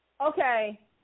Okay